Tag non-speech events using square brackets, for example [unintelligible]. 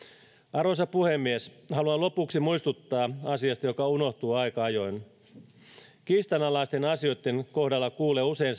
arvoisa puhemies haluan lopuksi muistuttaa asiasta joka unohtuu aika ajoin kiistanalaisten asioitten kohdalla kuulee usein [unintelligible]